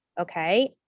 Okay